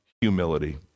humility